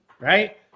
right